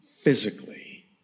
physically